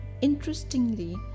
interestingly